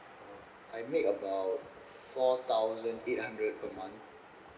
I make about four thousand eight hundred per month